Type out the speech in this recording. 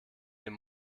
den